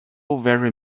very